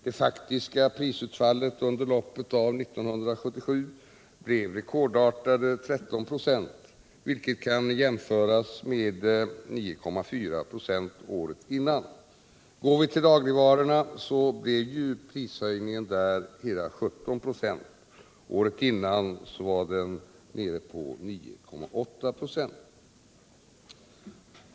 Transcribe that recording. Det faktiska prisutfallet under loppet av 1977 blev rekordar tade 13 4, vilket kan jämföras med 9,4 96 året innan. Går vi till dagligvarorna, finner vi att prishöjningen där blev hela 17 96. Föregående år var den 9,8 K.